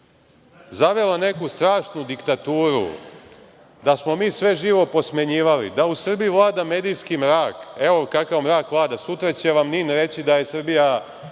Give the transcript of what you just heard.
zavela neku strašnu diktaturu da smo mi sve živo posmenjivali, da u Srbiji vlada medijski mrak. Evo, kakav mrak vlada, sutra će vam NIN reći da je Srbija